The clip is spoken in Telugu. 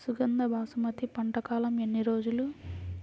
సుగంధ బాసుమతి పంట కాలం ఎన్ని రోజులు?